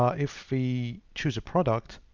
ah if we choose a product,